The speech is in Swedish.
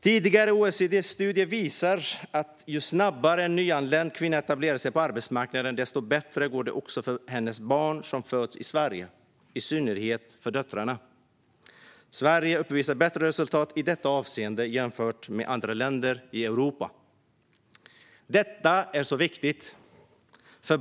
Tidigare OECD-studier visar att ju snabbare en nyanländ kvinna etablerar sig på arbetsmarknaden, desto bättre går det också för hennes barn som föds i Sverige, i synnerhet för döttrarna. Sverige uppvisar bättre resultat i detta avseende jämfört med andra länder i Europa. Detta är så viktigt.